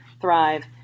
thrive